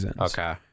Okay